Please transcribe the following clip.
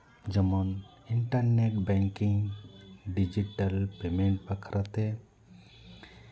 ᱡᱮᱢᱚᱱ internet banking digital payment ᱵᱟᱠᱷᱨᱟ ᱛᱮ